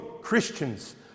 christians